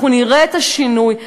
אנחנו נראה את השינוי,